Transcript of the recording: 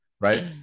right